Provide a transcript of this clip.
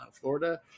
Florida